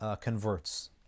converts